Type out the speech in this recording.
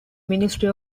ministry